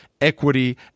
Equity